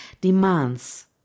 demands